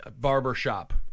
Barbershop